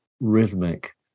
rhythmic